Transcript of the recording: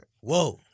Whoa